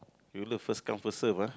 you love first come first serve ah